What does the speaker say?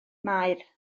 maer